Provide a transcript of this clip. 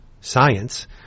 science